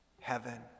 heaven